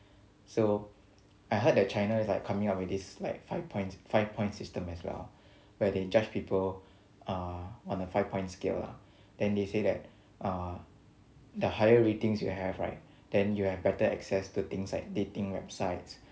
so I heard that china is like coming up with this like five point five point system as well where they judge people uh on a five point scale lah than they say that uh the higher ratings you have right then you will have better access to things like dating websites